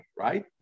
right